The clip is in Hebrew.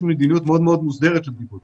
מדיניות מאוד מאוד מוסדרת של בדיקות.